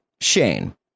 Shane